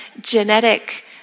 genetic